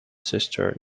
sister